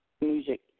music